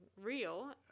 real